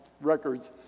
records